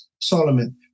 Solomon